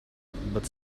but